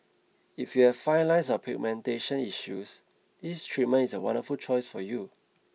if you have fine lines or pigmentation issues this treatment is a wonderful choice for you